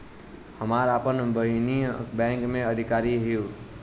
हमार आपन बहिनीई बैक में अधिकारी हिअ